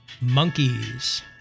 monkeys